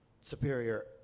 superior